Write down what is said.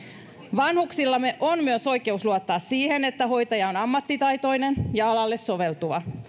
vanhuksillamme on myös oikeus luottaa siihen että hoitaja on ammattitaitoinen ja alalle soveltuva